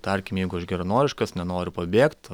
tarkim jeigu aš geranoriškas nenoriu pabėgt